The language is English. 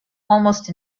almost